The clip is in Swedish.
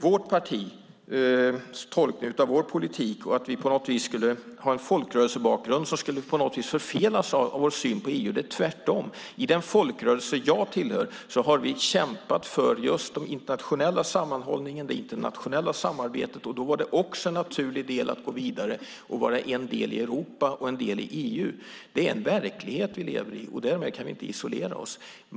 När det gäller tolkningen av vårt partis politik och att vi på något vis skulle ha en folkrörelsebakgrund som skulle förfelas av vår syn på EU är det tvärtom. I den folkrörelse jag tillhör har vi kämpat för just den internationella sammanhållningen och det internationella samarbetet, och då var det också en naturlig del att gå vidare och vara en del av Europa och EU. Det är den verklighet vi lever i, och därmed kan vi inte isolera oss.